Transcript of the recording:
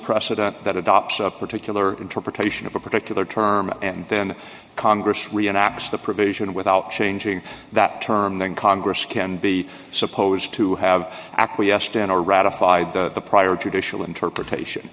precedent that adopt a particular interpretation of a particular term and then congress rian aps the provision without changing that term then congress can be supposed to have acquiesced in or ratified the prior judicial interpretation